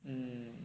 mm